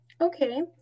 Okay